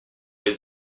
les